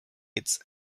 its